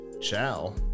Ciao